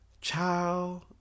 Ciao